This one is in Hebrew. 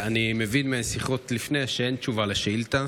אני מבין משיחות לפני שאין תשובה על השאילתה,